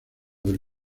del